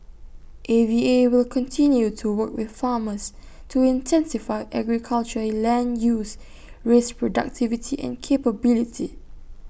A V A will continue to work with farmers to intensify agriculture land use raise productivity and capability